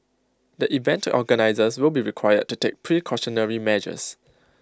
the event organisers will be required to take precautionary measures